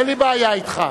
אין לי בעיה אתך,